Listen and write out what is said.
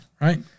Right